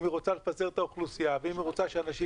אם היא רוצה לפזר את האוכלוסייה ואם היא רוצה שאנשים